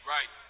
Right